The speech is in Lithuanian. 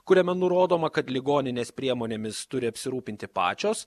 kuriame nurodoma kad ligoninės priemonėmis turi apsirūpinti pačios